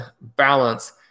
balance